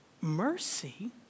mercy